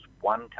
One